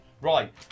right